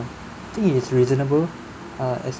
I think it's reasonable uh as